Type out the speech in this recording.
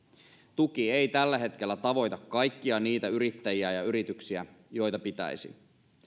tuki ei tällä hetkellä tavoita kaikkia niitä yrittäjiä ja yrityksiä joita pitäisi